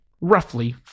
roughly